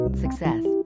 success